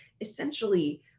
essentially